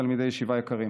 תלמידי ישיבה יקרים,